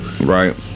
Right